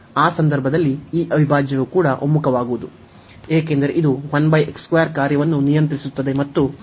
ಆ ಸಂದರ್ಭದಲ್ಲಿ ಈ ಅವಿಭಾಜ್ಯವು ಕೂಡ ಒಮ್ಮುಖವಾಗುವುದು ಏಕೆಂದರೆ ಇದು ಕಾರ್ಯವನ್ನು ನಿಯಂತ್ರಿಸುತ್ತದೆ ಮತ್ತು ಇದರ ಅವಿಭಾಜ್ಯ ಒಮ್ಮುಖವಾಗುತ್ತದೆ